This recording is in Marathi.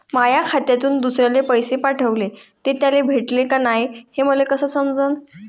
माया खात्यातून दुसऱ्याले पैसे पाठवले, ते त्याले भेटले का नाय हे मले कस समजन?